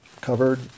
covered